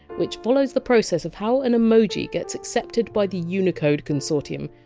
which follows the process of how an emoji gets accepted by the unicode consortium,